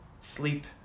sleep